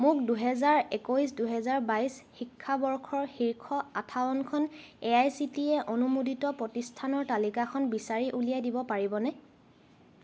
মোক দুহেজাৰ একৈছ দুহেজাৰ বাইছ শিক্ষাবৰ্ষৰ শীৰ্ষ আঠাৱন্নখন A I C T E অনুমোদিত প্ৰতিষ্ঠানৰ তালিকাখন বিচাৰি উলিয়াই দিব পাৰিবনে